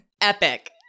Epic